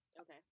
okay